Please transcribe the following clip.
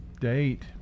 Date